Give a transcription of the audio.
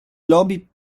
lobi